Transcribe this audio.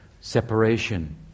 separation